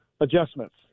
adjustments